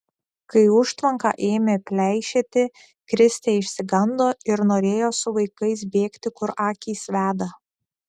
kai užtvanka ėmė pleišėti kristė išsigando ir norėjo su vaikais bėgti kur akys veda